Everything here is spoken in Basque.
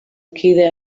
kide